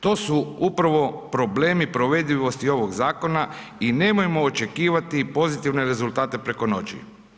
To su upravo problemi provedivosti ovog zakona i nemojmo očekivati pozitivne rezultate preko noći.